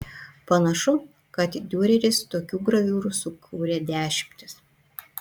panašu kad diureris tokių graviūrų sukūrė dešimtis